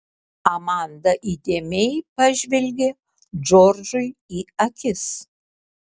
amanda įdėmiai pažvelgė džordžui į akis